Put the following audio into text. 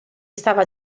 stava